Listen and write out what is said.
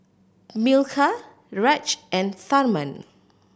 Milkha Raj and Tharman